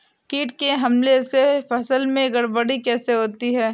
कीट के हमले से फसल में गड़बड़ी कैसे होती है?